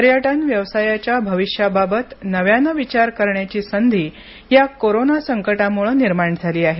पर्यटन व्यवसायाच्या भविष्याबाबत नव्यानं विचार करण्याची संधी या कोरोना संकटामुळे निर्माण झाली आहे